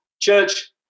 Church